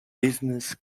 business